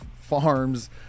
farms